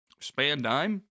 Spandime